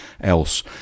else